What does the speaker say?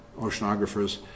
oceanographers